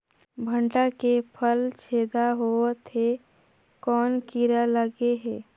भांटा के फल छेदा होत हे कौन कीरा लगे हे?